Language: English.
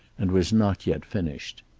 and was not yet finished.